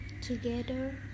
together